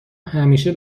همیشه